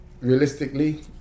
realistically